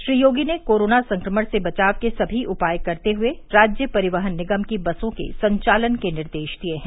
श्री योगी ने कोरोना संक्रमण से बचाव के सभी उपाय करते हुए राज्य परिवहन निगम की बसों के संचालन के निर्देश दिए हैं